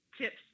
tips